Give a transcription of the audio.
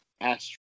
Astro